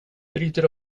bryter